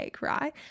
right